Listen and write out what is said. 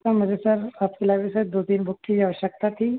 sir मुझे sir आपकी library से दो तीन बुक की आवश्यकता थी